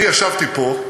אני ישבתי פה,